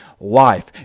Life